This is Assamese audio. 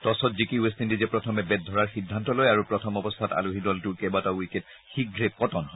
টছত জিকি ৱেষ্ট ইণ্ডিজে প্ৰথমে বেট ধৰাৰ সিদ্ধান্ত লয় আৰু প্ৰথম অৱস্থাত আলহী দলটোৰ কেইবাটাও উইকেট শীঘ্ৰে পতন হয়